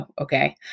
okay